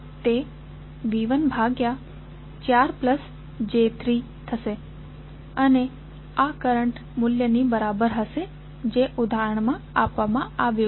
તે V1 ભાગ્યા 4 j3 થશે અને આ કરંટ મૂલ્યની બરાબર હશે જે ઉદાહરણમાં આપવામાં આવ્યું છે